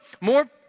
more